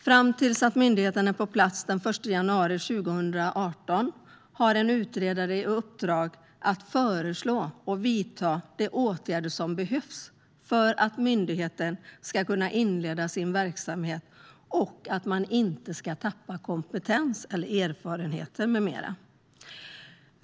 Fram tills att myndigheten är på plats den 1 januari 2018 har en utredare i uppdrag att föreslå och vidta de åtgärder som behövs för att myndigheten ska kunna inleda sin verksamhet och för att man inte ska tappa kompetens, erfarenheter med mera.